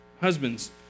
husbands